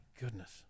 goodness